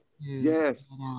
Yes